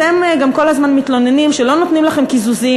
אתם גם כל הזמן מתלוננים שלא נותנים לכם קיזוזים,